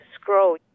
scroll